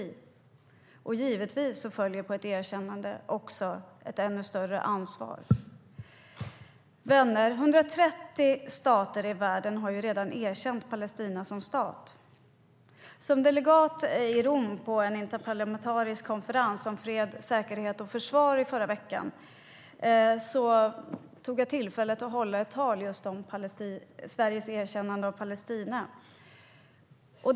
På ett erkännande följer givetvis också ett ännu större ansvar. Vänner! 130 stater i världen har redan erkänt Palestina som stat. Som delegat i Rom på en interparlamentarisk konferens om fred, säkerhet och försvar i förra veckan tog jag tillfället i akt att hålla ett tal om Sveriges erkännande av Palestina.